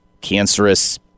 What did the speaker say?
cancerous